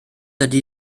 ydy